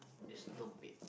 there's no pay